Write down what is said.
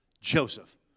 Joseph